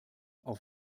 auf